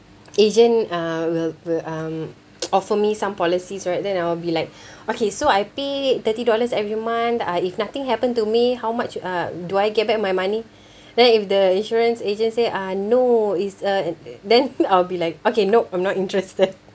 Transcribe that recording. agent uh will will um offer me some policies right then I'll be like okay so I pay thirty dollars every month uh if nothing happen to me how much uh do I get back my money then if the insurance agent say uh no it's a then I'll be like okay nope I'm not interested